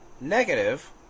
negative